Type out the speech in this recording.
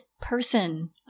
person